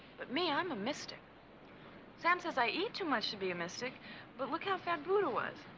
but me i'm a mystic sam says i eat too much to be a mystic but look how fat buddha was